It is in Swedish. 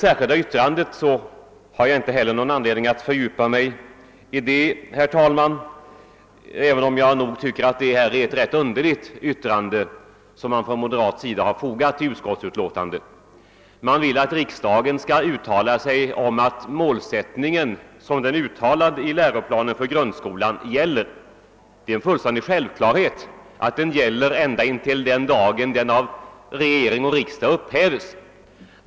Jag har inte heller någon anledning att fördjupa mig i det särskilda yttrandet, herr talman, men nog tycker jag att det är ett underligt yttrande som moderaterna har fogat till utskottets utlåtande. De vill att riksdagen skall uttala sig om att den målsättning som är uttalad i läroplanen för grundskolan skall gälla. Det är en självklarhet att den gäller intill den dag den upphävs av regering och riksdag.